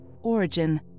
origin